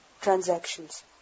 transactions